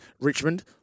Richmond